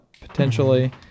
potentially